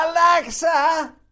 Alexa